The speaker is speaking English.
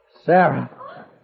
Sarah